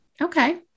Okay